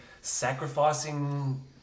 sacrificing